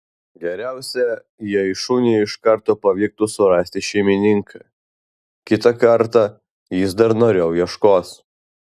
geriausia jei šuniui iš karto pavyktų surasti šeimininką kitą kartą jis dar noriau ieškos